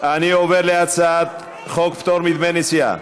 אני עובר להצעת חוק פטור מדמי נסיעה.